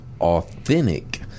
authentic